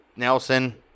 nelson